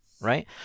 right